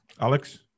Alex